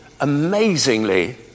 amazingly